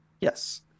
Yes